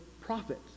profit